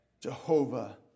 Jehovah